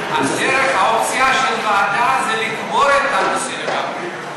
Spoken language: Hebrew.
דרך האופציה של ועדה זה לקבור את הנושא לגמרי.